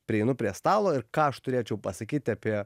prieinu prie stalo ir ką aš turėčiau pasakyti apie